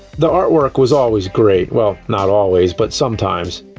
the artwork was always great. well, not always, but sometimes.